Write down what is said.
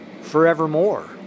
Forevermore